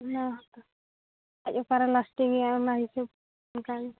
ᱚᱱᱟ ᱟᱡ ᱚᱠᱟᱨᱮ ᱞᱟᱥᱴᱤᱝ ᱮᱫᱟᱭ ᱚᱱᱟ ᱦᱤᱥᱟᱹᱵ ᱚᱱᱠᱟ ᱜᱮ